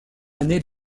année